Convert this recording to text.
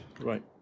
Right